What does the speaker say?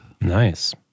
nice